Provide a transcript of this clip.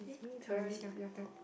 eh uh that's your your turn